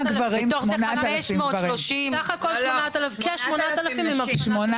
בתוך זה 530 --- סך הכול כ-8,000 עם אבחנה של פוסט טראומה.